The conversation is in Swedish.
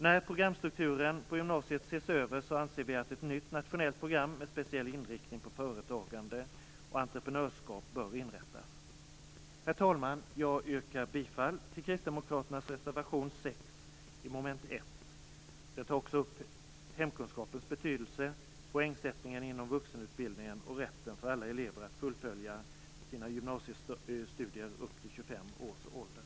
När programstrukturen på gymnasiet ses över anser vi att ett nytt nationellt program med speciell inriktning på företagande och entreprenörskap bör inrättas. Herr talman! Jag yrkar bifall till Kristdemokraternas reservation 6 under mom. 1. Den tar också upp hemkunskapens betydelse, poängsättningen inom vuxenutbildningen och rätten för alla elever att fullfölja sina gymnasiestudier upp till 25 års ålder.